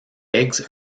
eggs